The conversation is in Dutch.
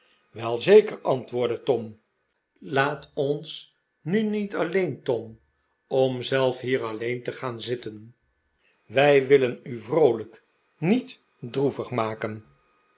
wel zeker antwoordde tom laat ons nu niet alleen tom om zelf hier alleen te gaan h zitten wij willen u yroolijk niet droevig maken